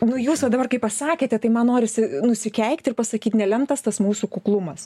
nu jūs vat dabar kai pasakėte tai man norisi nusikeikt ir pasakyt nelemtas tas mūsų kuklumas